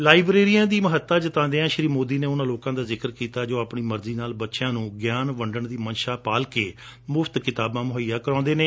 ਲਾਈਬ੍ਰੇਰੀਆਂ ਦੀ ਮਹੱਤਾ ਜਤਾਉਦਿਆਂ ਸ੍ਰੀ ਮੋਦੀ ਨੇ ਉਨ੍ਹਾਂ ਲੋਕਾਂ ਦੀ ਜਿਕਰ ਕੀਤਾ ਜੋ ਆਪਣੀ ਮਰਜੀ ਨਾਲ ਬੱਚਿਆਂ ਨੂੰ ਗਿਆਨ ਵੰਡਣ ਦੀ ਮੰਸ਼ਾ ਨਾਲ ਮੁਫਤ ਕਿਤਾਬਾਂ ਮੁਹੱਈਆ ਕਰਵਾਉਂਦੇ ਨੇ